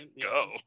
go